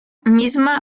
misma